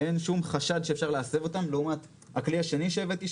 אין שום חשד שאפשר להסב אותם לעומת הכלי השני שהבאתי,